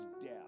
death